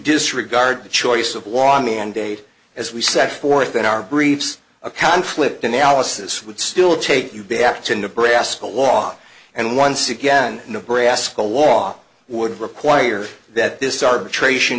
disregard the choice of won mandate as we set forth in our briefs a conflict analysis would still take you back to nebraska law and once again nebraska law would require that this arbitration